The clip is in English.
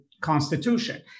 constitution